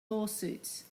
lawsuits